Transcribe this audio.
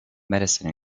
medicine